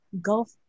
Gulf